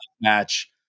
match